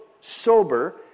sober